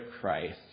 Christ